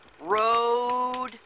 Road